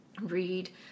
read